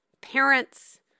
parents